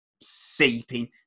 seeping